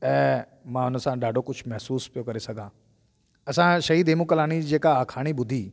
ऐं मां उन सां ॾाढो कुझु महिसूसु पियो करे सघां असांजो शहीद हेमू कालाणी जी जेका आखाणी ॿुधी